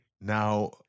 now